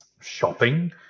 shopping